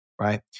Right